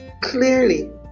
clearly